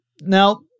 Now